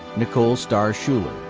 nicole starr schuler,